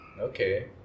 Okay